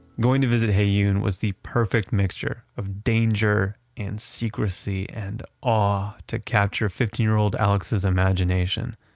going to visit heyoon was the perfect mixture of danger and secrecy and awe to capture fifteen year old alex's imagination.